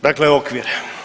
Dakle okvir.